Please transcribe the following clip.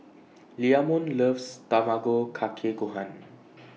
Leamon loves Tamago Kake Gohan